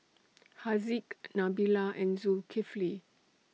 Haziq Nabila and Zulkifli